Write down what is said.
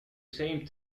same